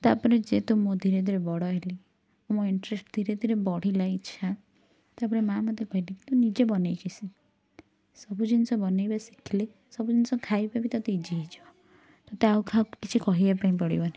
ତାପରେ ଯେହେତୁ ମୁଁ ଧୀରେ ଧୀରେ ବଡ଼ ହେଲି ମୋ ଇନ୍ଟରେଷ୍ଟ ଧିରେ ଧିରେ ବଢ଼ିଲା ଇଚ୍ଛା ତାପରେ ମାଁ ମତେ କହିଲେ ତୁ ନିଜେ ବନେଇକି ଶିଖ ସବୁ ଜିନିଷ ବନେଇବା ଶିଖିଲେ ସବୁ ଜିନିଷ ଖାଇବା ବି ତତେ ଇଜି ହେଇଯିବ ତତେ ଆଉ କାହାକୁ କିଛି କହିବା ପାଇଁ ପଡ଼ିବନି